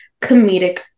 comedic